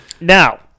Now